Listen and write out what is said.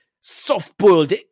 soft-boiled